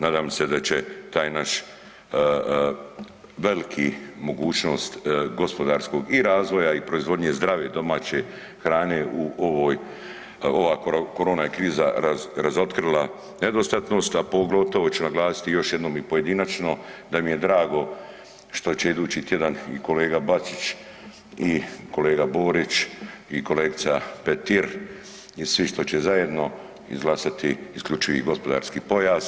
Nadam se da će taj naš veliki mogućnost gospodarskog i razvoja i proizvodnje zdrave, domaće hrane u ovoj korona kriza je razotkrila nedostatnost, a pogotovo će naglasiti još jednom i pojedinačno da mi je drago što će idući tjedan i kolega Bačić i kolega Borić i kolegica Petir što će zajedno izglasati isključivi gospodarski pojas.